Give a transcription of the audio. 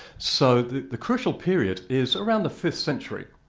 so the the crucial period is around the fifth century.